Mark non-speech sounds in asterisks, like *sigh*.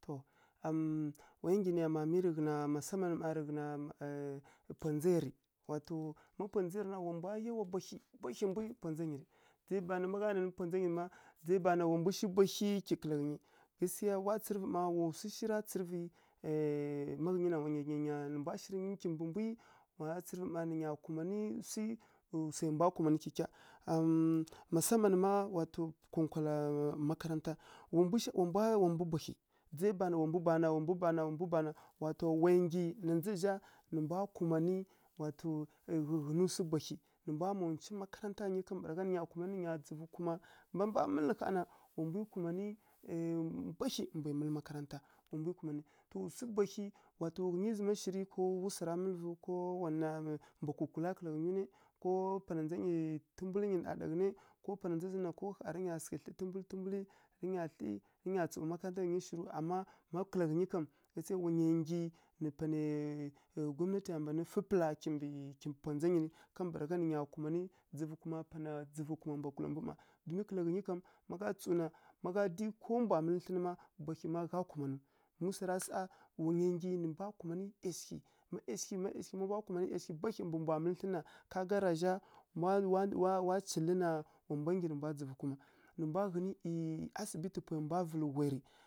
To *hesitation* wa ya nggyi nǝya mma miya rǝ ghǝna masaman rǝ ghǝna pwa ndza ya rǝ. Wa to ma pwa ndza ya rǝ na wa mbwa yawa mbwahyi, mbwahyi mbwi rǝ pwa ndza nyi rǝ ma gha nanǝ pwa ndza nyi rǝ ma wa mbwi shi bwahyi kyi kǝla ghǝnyi gasikeya wa tsǝrǝvǝ ma wa swu shi ra tsǝrǝvǝ *hesitation* ma ghǝnyi na wa swu shi ra tsǝrǝvǝ, ma ghǝnyi na wa nya nggyi nǝ mbwa shirǝ ghǝnyi kimbǝ mbwi nǝ nya kumanǝ swi swai mbwa kumanǝ kyikya masaman ma nkonkwala makaranta. Wa *hesitation* dzai bana wa mbu bana, wa mbu bana, wa mbu bana, wa to wa nggyi na ndza zǝ zha nǝ mbwa kumanǝ ghǝi ghǝnǝw swi bwahyi nǝ mbwa mma unci makaranta ghǝnyi kambǝragha nǝ nya kumanǝ nǝ nya dzǝvu kuma, ma mbwa mǝlǝ ƙha na wa to wa mbwi kumanǝ bwahyi mbwai mǝlǝ makaranta, wa mbwi kumanǝ, wa to *hesitation* bwahyi wa to ghǝnyi zǝma shirǝw swara mǝlǝvǝw ko mbwa kukula kǝla ghǝnyiw nai ko pana ndza nyi tǝmbulǝ nyi ɗaɗakǝ nai ko pana ndza zǝn na ƙha rǝ nya sǝghǝ thli tǝmbul tǝmbulǝ, rǝ nya thli rǝ nya tsǝw mbǝ makaranta ghǝnyi shirǝw amma ma kǝla ghǝnyi kam *hesitation* wa nya nggyi nǝ panai gwamnatiya mban fǝ pǝla kimbǝ pwa ndza nyi rǝ kambǝragha nǝ nya kumanǝ dzǝvu kuma pana dzǝvu kuma bwagula mbu mma. Don ma kǝla ghǝnyi kam ma gha tsǝw na dǝi ko mbwa mǝlǝ thlǝn má bwahyi mmagha kumanǝw ma swara sa wa nya nggyi nǝ mbwa kumanǝ ˈyashighǝ ma ˈyashighǝ ma ˈyashighǝ ma gha kumanǝ ˈyashighǝ bwahyi kimbǝ mbwa mǝlǝ thlǝn na ka ga ra zha ma wa wa cilǝ na wa mbwa nggyi nǝ mbwa dzǝvu kuma nǝ mbwa ghǝn asibiti pwai mbwa vǝlǝ ghwai rǝ.